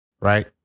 right